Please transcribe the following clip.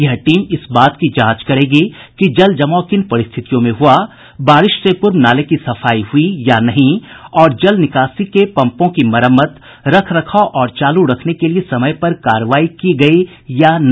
यह टीम इस बात की जांच करेगी कि जल जमाव किन परिस्थितियों में हुआ बारिश से पूर्व नाले की सफाई हुई या नहीं और जल निकासी के पम्पों की मरम्मत रख रखाव और चालू रखने के लिए समय पर कार्रवाई हुई या नहीं